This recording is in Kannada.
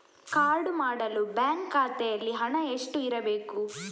ಕಾರ್ಡು ಮಾಡಲು ಬ್ಯಾಂಕ್ ಖಾತೆಯಲ್ಲಿ ಹಣ ಎಷ್ಟು ಇರಬೇಕು?